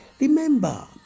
Remember